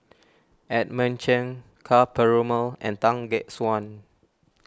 Edmund Cheng Ka Perumal and Tan Gek Suan